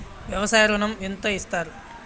వ్యవసాయ ఋణం ఎంత ఇస్తారు?